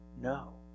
No